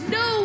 no